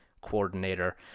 coordinator